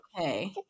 okay